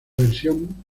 versión